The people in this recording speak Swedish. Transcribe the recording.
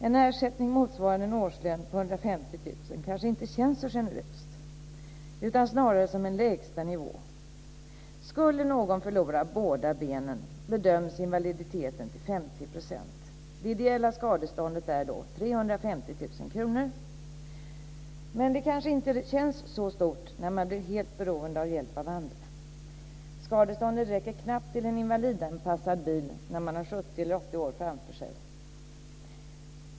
En ersättning motsvarande en årslön på 150 000 kr kanske inte känns så generöst, utan snarare som en lägsta nivå. Skulle någon förlora båda benen bedöms invaliditeten till 50 %. Det ideella skadeståndet är då 350 000 kr. Men det kanske inte känns så stort när man blir helt beroende av att få hjälp av andra. Skadeståndet räcker knappt till en invalidanpassad bil när man har 70 eller 80 år framför sig.